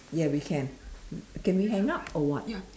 ya we can can we hang up or what